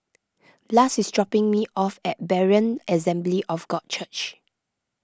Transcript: Blas is dropping me off at Berean Assembly of God Church